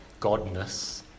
godness